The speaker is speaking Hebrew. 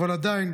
אבל עדיין,